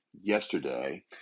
yesterday